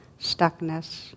stuckness